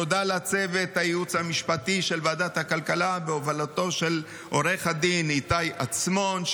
תודה לצוות הייעוץ המשפטי של ועדת הכלכלה בהובלתו של עו"ד איתי עצמון,